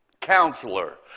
Counselor